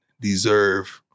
deserve